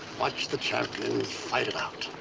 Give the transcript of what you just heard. watch the champions fight it out.